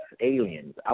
aliens